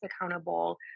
accountable